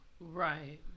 Right